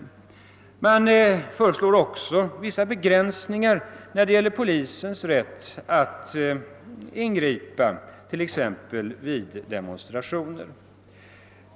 Det föreslås nu också vissa begränsningar när det gäller polisens rätt att ingripa exempelvis vid demonstrationer.